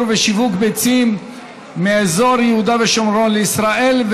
ושיווק ביצים מאזור יהודה ושומרון לישראל,